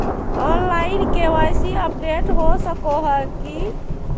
Online KYC update हो सको है की?